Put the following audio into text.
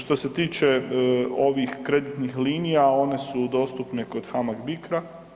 Što se tiče ovih kreditnih linija, one su dostupne kod HAMAG-BICRA.